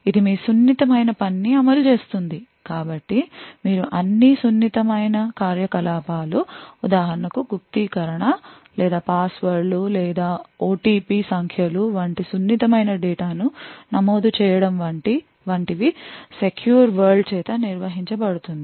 ఇది మీ సున్నితమైన పనిని అమలు చేస్తుంది కాబట్టి మీ అన్ని సున్నితమైన కార్యకలాపాలు ఉదాహరణకు గుప్తీకరణ లేదా పాస్వర్డ్లు లేదా OTP సంఖ్యలు వంటి సున్నితమైన డేటాను నమోదు చేయడం వంటివి సెక్యూర్ వరల్డ్ చేత నిర్వహించబడుతుంది